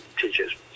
teachers